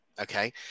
Okay